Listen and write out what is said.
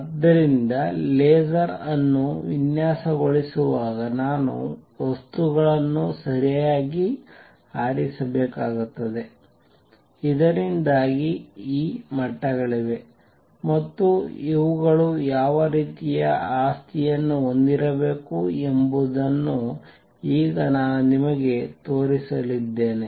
ಆದ್ದರಿಂದ ಲೇಸರ್ ಅನ್ನು ವಿನ್ಯಾಸಗೊಳಿಸುವಾಗ ನಾನು ವಸ್ತುಗಳನ್ನು ಸರಿಯಾಗಿ ಆರಿಸಬೇಕಾಗುತ್ತದೆ ಇದರಿಂದಾಗಿ ಈ ಮಟ್ಟಗಳಿವೆ ಮತ್ತು ಇವುಗಳು ಯಾವ ರೀತಿಯ ಆಸ್ತಿಯನ್ನು ಹೊಂದಿರಬೇಕು ಎಂಬುದನ್ನು ಈಗ ನಾನು ನಿಮಗೆ ತೋರಿಸಲಿದ್ದೇನೆ